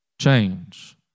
change